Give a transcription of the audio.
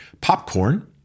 popcorn